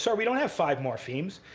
so we don't have five morphemes.